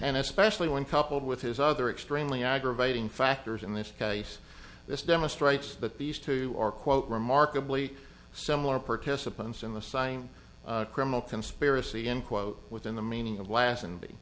and especially when coupled with his other extremely aggravating factors in this case this demonstrates that these two are quote remarkably similar participants in the sighing criminal conspiracy in quote within the meaning of la